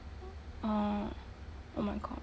ah oh my god